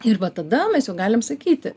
ir va tada mes jau galim sakyti